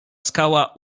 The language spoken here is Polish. skała